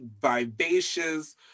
vivacious